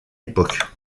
époque